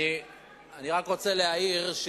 אני רק רוצה להעיר,